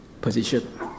position